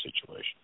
situation